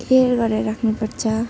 care गरेर राख्नुपर्छ